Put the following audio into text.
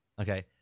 okay